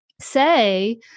say